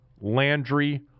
Landry